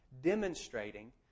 demonstrating